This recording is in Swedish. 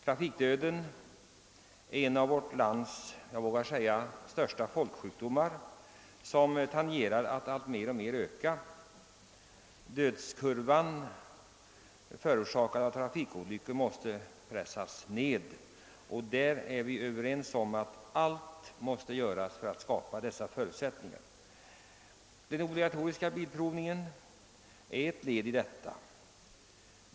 Jag vågar jämställa trafikdöden med våra största folksjukdomar, och den tenderar också att öka alltmer. Dödsfrekvensen till följd av trafikolyckor måste pressas ned, och allt måste göras för att skapa förutsättningar för detta. Den obligatoriska bilprovningen är ett led i detta arbete.